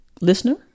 listener